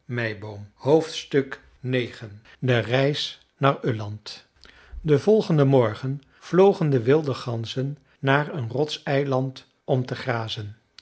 ix de reis naar öland den volgenden morgen vlogen de wilde ganzen naar een rotseiland om te grazen